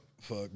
fuck